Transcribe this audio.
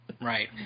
Right